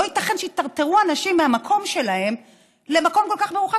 לא ייתכן שיטרטרו אנשים מהמקום שלהם למקום כל כך מרוחק,